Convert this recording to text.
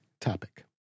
topic